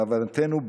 להבנתנו,